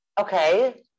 okay